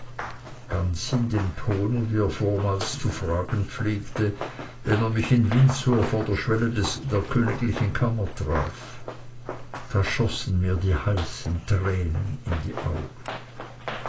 ganz in dem tone wie er vormals zu fragen pflegte wann er mich in windsor vor der schwelle der königlichen kammer traf da schossen mir die heißen tränen in die augen